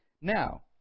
Now